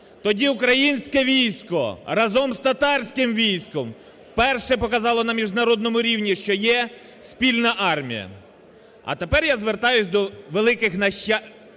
Тоді українське військо разом з татарським військом вперше показало на міжнародному рівні, що є спільна армія. А тепер я звертаюсь до великих… нащадків